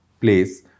place